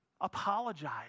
apologize